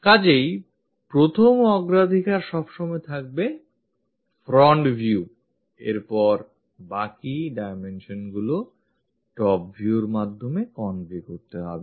কাজেই প্রথম অগ্রাধিকার সবসময় থাকবে front view এরপর বাকি dimensionগুলি top view র মাধ্যমে convey হতে থাকবে